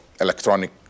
electronic